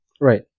Right